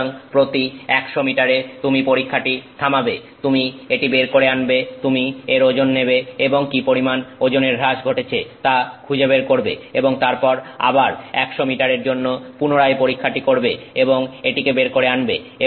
সুতরাং প্রতি 100 মিটারে তুমি পরীক্ষাটি থামাবে তুমি এটি বের করে আনবে তুমি এর ওজন নেবে এবং কি পরিমান ওজনের হ্রাস ঘটেছে তা খুঁজে বের করবে এবং তারপর আবার 100 মিটারের জন্য পুনরায় পরীক্ষাটি করবে এবং এটিকে বের করে আনবে